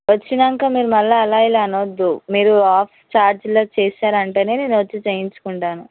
వచ్చినాకా మీరు మళ్ళీ అలా ఇలా అనవద్దు మీరు హాఫ్ ఛార్జ్ల చేస్తారు అంటేనే నేను వచ్చి చేయించుకుంటాను